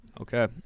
Okay